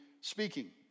speaking